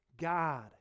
God